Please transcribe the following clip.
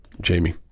Jamie